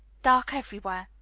dark everywhere.